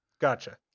Gotcha